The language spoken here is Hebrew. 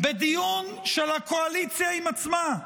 בדיון של הקואליציה עם עצמה,